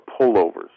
pullovers